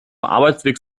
arbeitsweg